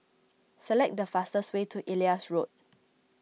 select the fastest way to Elias Road